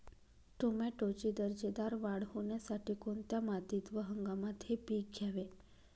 टोमॅटोची दर्जेदार वाढ होण्यासाठी कोणत्या मातीत व हंगामात हे पीक घ्यावे?